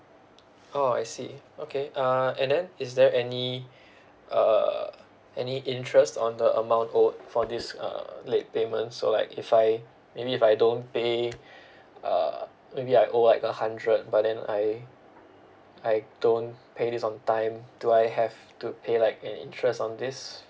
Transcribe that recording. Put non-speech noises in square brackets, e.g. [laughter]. oh I see okay uh and then is there any [breath] uh any interest on the amount owed for this uh late payment so like if I maybe if I don't pay [breath] uh maybe I owe like a hundred but then I I don't pay this on time do I have to pay like any interest on this